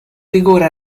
rigore